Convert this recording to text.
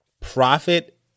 Profit